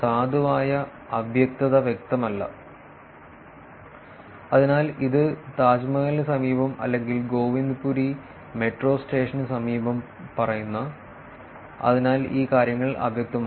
സാധുവായ അവ്യക്തത വ്യക്തമല്ല അതിനാൽ ഇത് താജ് മഹലിന് സമീപം അല്ലെങ്കിൽ ഗോവിന്ദ്പുരി മെട്രോ സ്റ്റേഷനു സമീപം പറയുന്നു അതിനാൽ ഈ കാര്യങ്ങൾ അവ്യക്തമാണ്